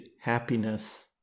happiness